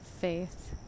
faith